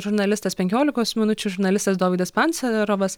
žurnalistas penkiolikos minučių žurnalistas dovydas pancerovas